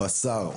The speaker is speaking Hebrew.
בשר,